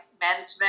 management